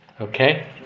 Okay